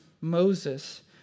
Moses